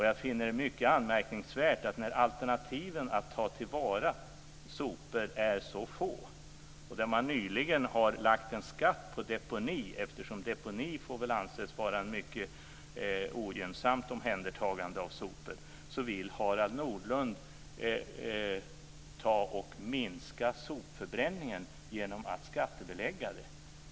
Jag finner det mycket anmärkningsvärt då alternativen för att ta till vara sopor är så få och då man nyligen har lagt en skatt på deponi. Eftersom deponi väl får anses vara ett mycket ogynnsamt omhändertagande av sopor, vill Harald Nordlund minska sopförbränningen genom att skattebelägga den.